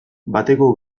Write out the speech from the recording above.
bateko